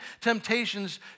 temptations